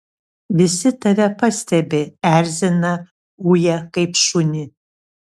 visi tave pastebi erzina uja kaip šunį